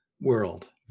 world